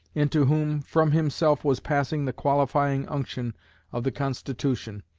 into whom from himself was passing the qualifying unction of the constitution,